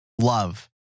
love